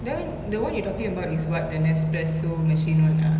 that one the one you talking about is what the nespresso machine [one] ah